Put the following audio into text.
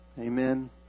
Amen